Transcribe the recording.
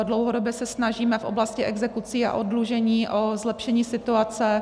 Dlouhodobě se snažíme v oblasti exekucí a oddlužení o zlepšení situace.